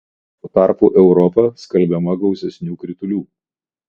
tuo tarpu europa skalbiama gausesnių kritulių